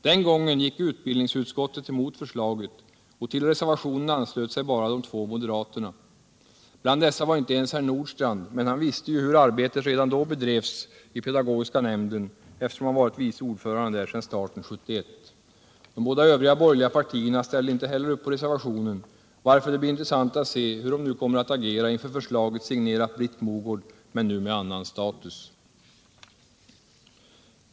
Den gången gick utbildningsutskottet emot förslaget, och till reservationen anslöt sig bara två moderater. Bland dessa var inte herr Nordstrandh, men han visste ju hur arbetet redan då bedrevs i pedagogiska nämnden, eftersom han varit vice ordförande där sedan starten 1971. De båda övriga borgerliga partierna ställde inte heller upp på reservationen, varför det skall bli intressant att se hur de nu kommer att agera inför förslaget, som fortfarande är signerat Britt Mogård men som nu har en annan status.